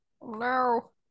No